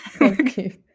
Okay